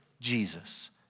Jesus